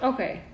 Okay